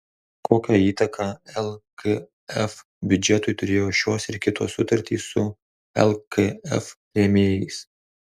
kokią įtaką lkf biudžetui turėjo šios ir kitos sutartys su lkf rėmėjais